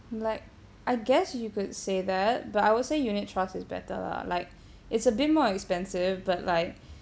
like I guess you could say that but I will say unit trust is better lah like it's a bit more expensive but like